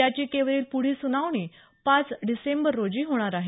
याचिकेवरील पुढील सुनावणी पाच डिसेंबर रोजी होणार आहे